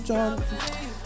John